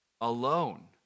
alone